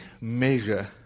measure